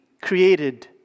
created